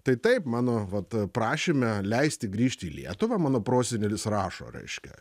tai taip mano vat prašyme leisti grįžti į lietuvą mano prosenelis rašo reiškia